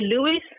Lewis